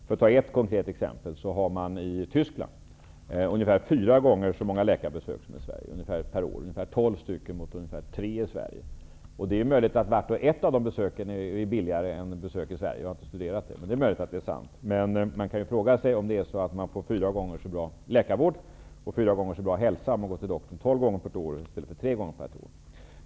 För att ta ett konkret exempel har man i Tyskland ungefär fyra gånger så många läkarbesök som i Sverige per år och person. Man har där ungefär tolv mot ungefär tre i Sverige. Det är möjligt att vart och ett av dessa besök är billigare än ett besök i Sverige. Jag har inte studerat det, men det är möjligt att det är sant. Man kan emellertid fråga sig om man får fyra gånger så bra läkarvård och fyra gånger så bra hälsa om man går till doktorn tolv gånger per år i stället för tre gånger per år. Herr talman!